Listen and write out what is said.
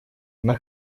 она